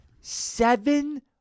Seven